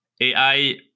ai